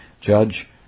judge